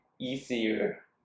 easier